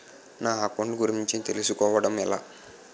నా అకౌంట్ గురించి తెలుసు కోవడం ఎలా?